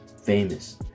famous